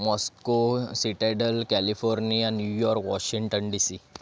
Moscow citadel California New York Washington DC